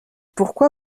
pourquoi